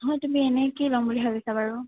হয় তুমি এনেই কি ল'ম বুলি ভাবিছা বাৰু